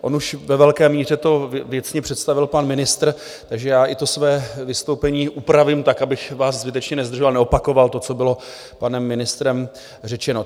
On už ve velké míře to věcně představil pan ministr, takže já i to své vystoupení upravím tak, abych vás zbytečně nezdržoval, neopakoval to, co bylo panem ministrem řečeno.